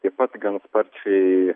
taip pat gan sparčiai